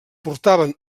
portaven